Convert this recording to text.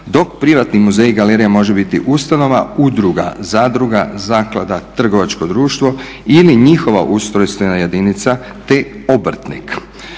dok privatni muzej i galerija može biti ustanova, udruga, zadruga, zaklada, trgovačko društvo ili njihova ustrojstvena jedinica te obrtnik.